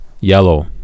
Yellow